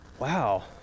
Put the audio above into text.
wow